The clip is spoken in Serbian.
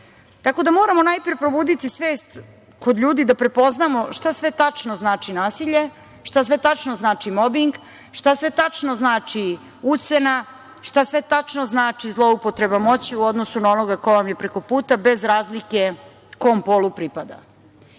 teže. Tako da, moramo najpre probuditi svest kod ljudi da prepoznamo šta sve tačno znači nasilje, šta sve tačno znači mobing, šta sve tačno znači ucena, šta sve tačno znači zloupotreba moći u odnosu na onoga ko vam je preko puta, bez razlike kom polu pripada. Čini